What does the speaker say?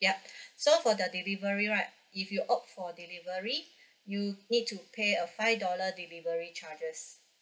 yup so for the delivery right if you opt for delivery you need to pay a five dollar delivery charges